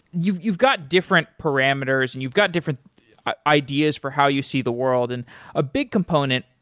you've you've got different parameters and you've got different ideas for how you see the world. and a big component,